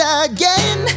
again